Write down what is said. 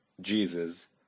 Jesus